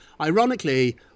Ironically